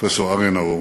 הפרופסור אריה נאור,